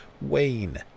Wayne